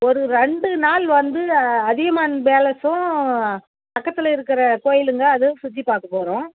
ஒரு ரெண்டு நாள் வந்து அதியமான் பேலஸ்ஸும் பக்கத்தில் இருக்கிற கோயிலுங்க அதுவும் சுற்றி பார்க்கப் போகிறோம்